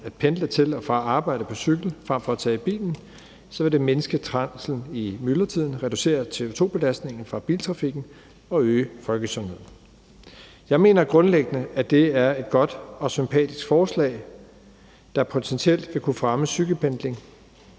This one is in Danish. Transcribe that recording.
at pendle til og fra arbejde på cykel frem for at tage bilen, vil det mindske trængslen i myldretiden, reducere CO2-belastningen fra biltrafikken og øge folkesundheden. Jeg mener grundlæggende, at det er et godt og sympatisk forslag, der potentielt vil kunne fremme cykelpendling.